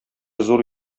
зур